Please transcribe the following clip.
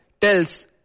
tells